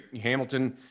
hamilton